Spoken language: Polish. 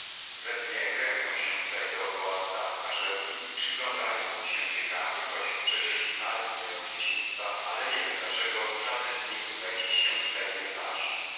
we dnie kręcą się tutaj dokoła stawu karzełki i przyglądają mi się ciekawie choć przecież znają mnie od dzieciństwa ale nie wiem dlaczego żaden z nich wejść się tutaj nie waży